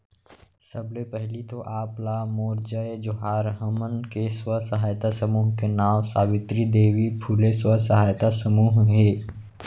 सबले पहिली तो आप ला मोर जय जोहार, हमन के स्व सहायता समूह के नांव सावित्री देवी फूले स्व सहायता समूह हे